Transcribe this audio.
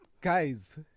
guys